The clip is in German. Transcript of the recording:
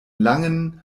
langen